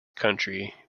country